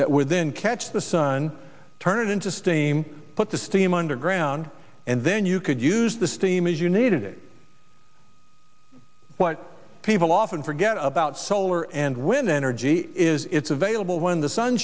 that would then catch the sun turn it into steam put the steam underground and then you could use the steam if you needed it but people often forget about solar and wind energy is available when the sun